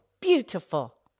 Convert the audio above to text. Beautiful